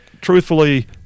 truthfully